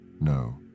no